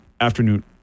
afternoon